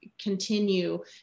continue